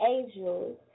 Angels